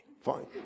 Fine